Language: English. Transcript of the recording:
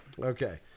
Okay